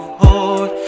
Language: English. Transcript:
hold